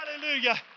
hallelujah